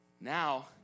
Now